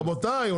רבותיי,